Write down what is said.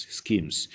schemes